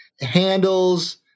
handles